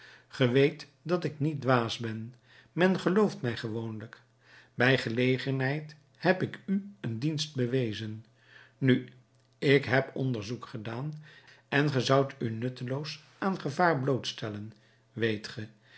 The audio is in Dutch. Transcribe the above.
weet dat ik niet dwaas ben men gelooft mij gewoonlijk bij gelegenheid heb ik u een dienst bewezen nu ik heb onderzoek gedaan en ge zoudt u nutteloos aan gevaar blootstellen weet